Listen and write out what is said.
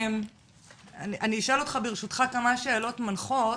אשאל אותך כמה שאלות מנחות,